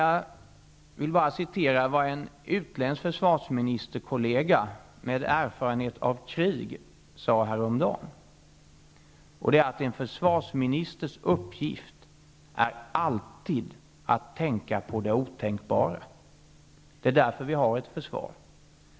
Jag vill citera vad en utländsk försvarsministerkollega med erfarenhet av krig sade häromdagen: En försvarsministers uppgift är att alltid tänka på det otänkbara. Det är därför vi har ett försvar.